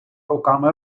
руками